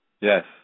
Yes